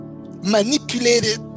manipulated